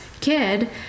kid